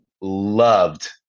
loved